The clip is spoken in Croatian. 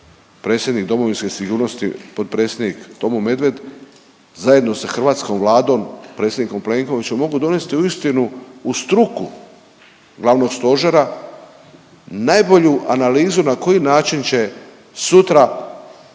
predsjednik domovinske sigurnosti potpredsjednik Tomo Medved zajedno sa hrvatskom Vladom predsjednikom Plenkovićem mogu donesti uistinu u struku glavnog stožera najbolju analizu na koji način će sutra